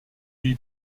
lui